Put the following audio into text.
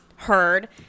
heard